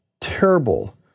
terrible